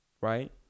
right